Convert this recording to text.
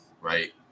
right